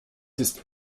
ist